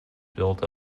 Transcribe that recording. built